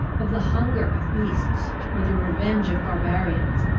of the hunger of beasts, or the revenge of barbarians,